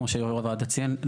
כמו שיושב ראש הוועדה ציין,